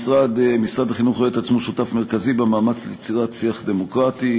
משרד החינוך רואה עצמו שותף מרכזי במאמץ ליצירת שיח דמוקרטי.